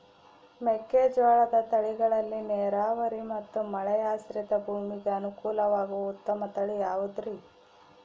ಮೆಕ್ಕೆಜೋಳದ ತಳಿಗಳಲ್ಲಿ ನೇರಾವರಿ ಮತ್ತು ಮಳೆಯಾಶ್ರಿತ ಭೂಮಿಗೆ ಅನುಕೂಲವಾಗುವ ಉತ್ತಮ ತಳಿ ಯಾವುದುರಿ?